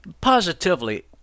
positively